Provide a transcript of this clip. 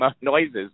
noises